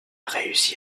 réussi